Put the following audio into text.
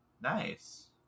nice